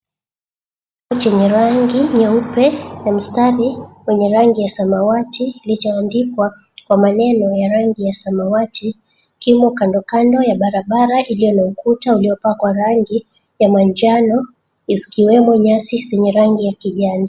Chumba chenye rangi nyeupe na mistari wenye rangi ya samawati lichoandikwa kwa maneno ya rangi ya samawati, kimo kandokando ya barabara iliyo na ukuta iliyopakwa kwa rangi ya manjano ikiwemo nyasi yenye rangi ya kijani.